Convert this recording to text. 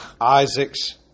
Isaac's